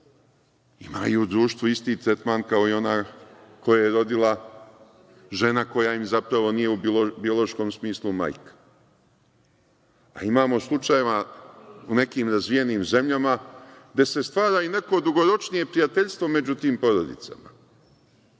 imaju u društvu isti tretman kao i ona koje je rodila žena koja im zapravo nije u biološkom smislu majka. Imamo slučajeva u nekim razvijenim zemljama gde se stvara i neko dugoročnije prijateljstvo među tim porodicama,